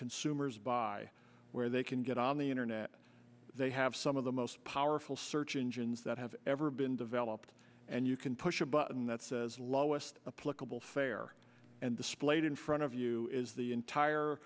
consumers buy where they can get on the internet they have some of the most powerful search engines that have ever been developed and you can push a button that says lowest political fare and displayed in front of you is the entire